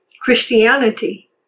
Christianity